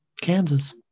Kansas